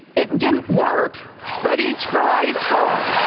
it didn't work, but he tried hard